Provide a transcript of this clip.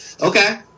Okay